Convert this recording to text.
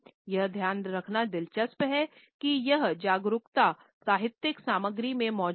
यह ध्यान रखना दिलचस्प है कि यह जागरूकता साहित्यिक सामग्री में मौजूद है